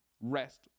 rest